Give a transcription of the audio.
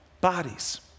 bodies